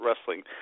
wrestling